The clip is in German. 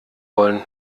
wollen